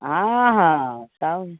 हँ हँ तब